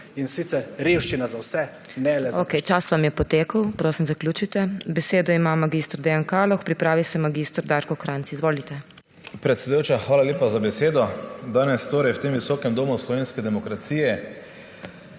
in sicer revščino za vse, ne le za